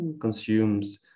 consumes